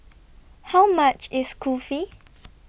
How much IS Kulfi